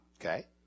Okay